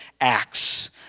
acts